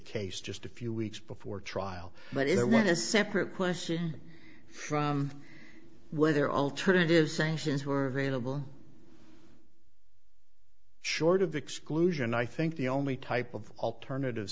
case just a few weeks before trial but it was a separate question from whether alternative sanctions were available short of exclusion i think the only type of alternative